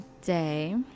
today